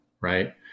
right